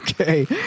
Okay